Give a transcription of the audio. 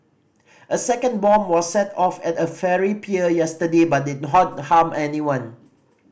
a second bomb was set off at a ferry pier yesterday but didn't harm anyone